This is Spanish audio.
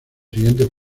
siguientes